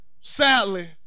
sadly